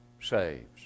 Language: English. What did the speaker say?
saves